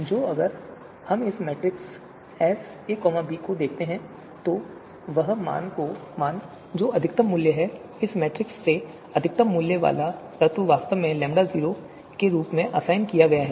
तो अगर हम इस मैट्रिक्स एस ए बी को देखते हैं तो वह मान जो अधिकतम मूल्य है इस मैट्रिक्स से अधिकतम मूल्य वाला तत्व वास्तव में λ0 के रूप में असाइन किया गया है